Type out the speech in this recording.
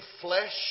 flesh